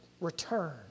return